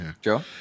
Joe